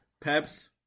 Peps